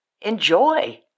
enjoy